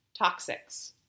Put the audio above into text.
Toxics